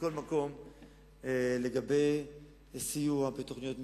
לגבי סיוע בתוכניות מיתאר,